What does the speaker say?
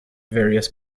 various